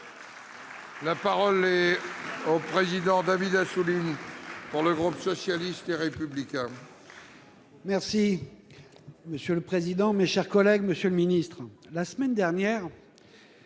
La parole est à M. David Assouline, pour le groupe socialiste et républicain.